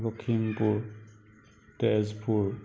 Lakhimpur Tezpur